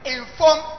inform